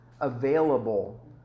available